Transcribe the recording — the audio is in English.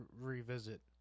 revisit